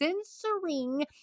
censoring